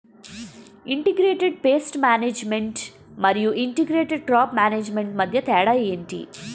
integrated pest management మరియు integrated crop management మధ్య తేడా ఏంటి